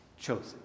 chosen